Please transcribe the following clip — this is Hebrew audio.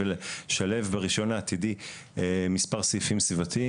ולשלב ברישיון העתידי מספר סעיפים סביבתיים,